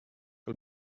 que